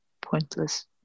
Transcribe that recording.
pointless